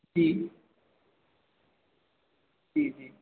जी जी जी